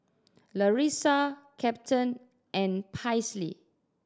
Larissa Captain and Paisley